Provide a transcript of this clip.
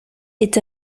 est